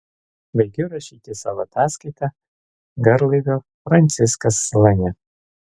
baigiu rašyti savo ataskaitą garlaivio franciskas salone